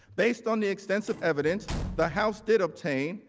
based on the extensive evidence the house did obtain,